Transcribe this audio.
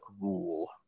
rule